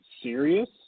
serious